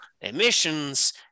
emissions